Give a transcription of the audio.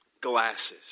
glasses